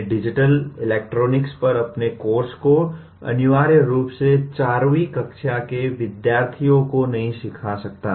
मैं digital electronics पर अपने कोर्स को अनिवार्य रूप से 4 वीं कक्षा के विद्यार्थी को नहीं सिखा सकता